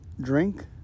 drink